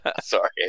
Sorry